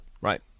right